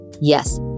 Yes